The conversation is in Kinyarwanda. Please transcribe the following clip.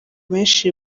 benshi